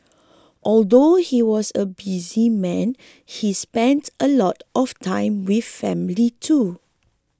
although he was a busy man he spent a lot of time with family too